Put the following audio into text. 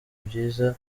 byiza